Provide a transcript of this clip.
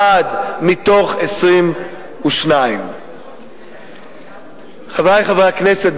אחד מתוך 22. חברי חברי הכנסת,